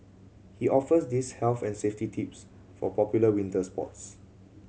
he offers these health and safety tips for popular winter sports